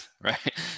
right